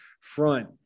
front